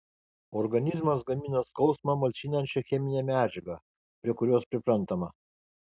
organizmas gamina skausmą malšinančią cheminę medžiagą prie kurios priprantama